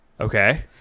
okay